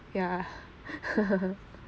ya err